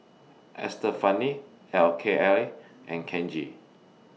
Estefani Kayley and Kenji